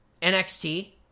NXT